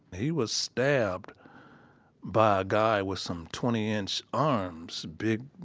he was stabbed by a guy with some twenty inch arms, big,